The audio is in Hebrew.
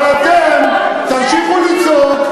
אבל אתם תמשיכו לצעוק,